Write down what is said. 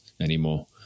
anymore